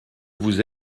vous